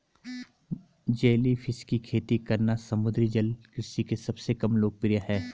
jellyfish की खेती करना समुद्री जल कृषि के सबसे कम लोकप्रिय है